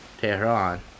Tehran